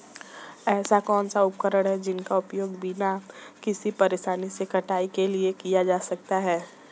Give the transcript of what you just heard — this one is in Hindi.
ऐसे कौनसे उपकरण हैं जिनका उपयोग बिना किसी परेशानी के कटाई के लिए किया जा सकता है?